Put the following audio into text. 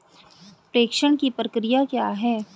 प्रेषण की प्रक्रिया क्या है?